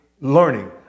learning